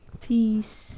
Peace